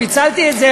פיצלתי את זה,